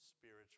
spiritual